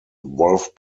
wolf